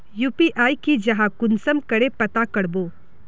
UPI की जाहा कुंसम करे पता करबो?